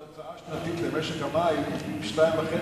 שההוצאה השנתית למשק המים היא פי 2.5